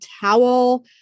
towel